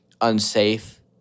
unsafe